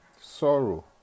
sorrow